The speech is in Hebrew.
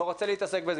לא רוצה להתעסק בזה.